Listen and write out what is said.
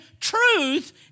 truth